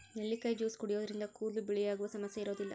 ನೆಲ್ಲಿಕಾಯಿ ಜ್ಯೂಸ್ ಕುಡಿಯೋದ್ರಿಂದ ಕೂದಲು ಬಿಳಿಯಾಗುವ ಸಮಸ್ಯೆ ಇರೋದಿಲ್ಲ